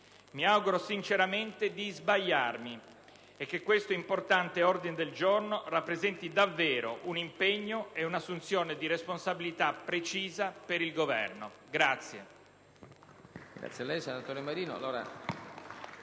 Mi auguro sinceramente di sbagliarmi e che questo importante ordine del giorno rappresenti davvero un impegno e un'assunzione di responsabilità precisa per il Governo.